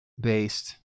based